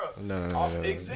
No